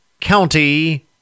County